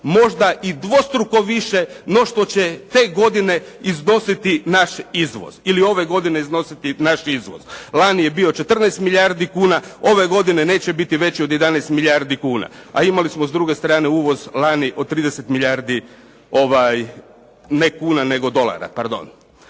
možda i dvostruko više no što će te godine iznositi naš izvoz ili ove godine iznositi naš izvoz. Lani je bio 14 milijardi kuna, ove godine neće biti veći od 11 milijardi kuna. a imali smo s druge strane uvoz lani od 30 milijardi dolara.